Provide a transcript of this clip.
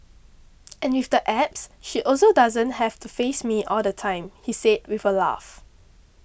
and with the apps she also doesn't have to face me all the time he said with a laugh